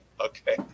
okay